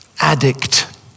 addict